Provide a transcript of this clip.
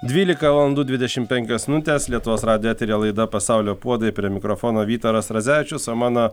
dvylika valandų dvidešim penkios minutės lietuvos radijo eteryje laida pasaulio puodai prie mikrofono vytaras radzevičius o mano